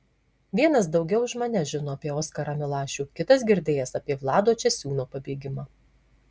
vienas daugiau už mane žino apie oskarą milašių kitas girdėjęs apie vlado česiūno pabėgimą